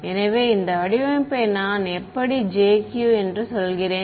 எனவே இந்த வடிவமைப்பை நான் எப்படி j q என்று சொல்கிறேன்